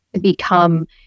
become